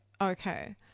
Okay